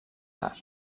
tard